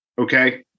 okay